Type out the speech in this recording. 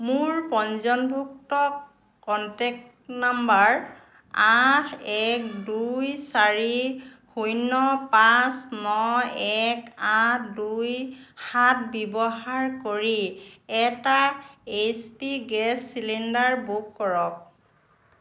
মোৰ পঞ্জীয়নভুক্ত contact number আঠ এক দুই চাৰি শূন্য পাঁচ ন এক আঠ দুই সাত ব্যৱহাৰ কৰি এটা H P gas cylinder book কৰক